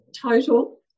total